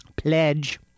pledge